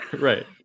Right